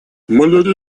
малярия